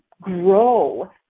grow